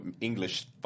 English